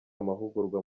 amahugurwa